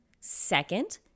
Second